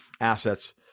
assets